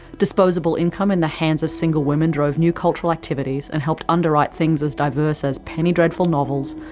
disposable income in the hands of single women drove new cultural activities and helped underwrite things as diverse as penny dreadful novels,